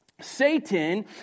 Satan